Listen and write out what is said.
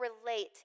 relate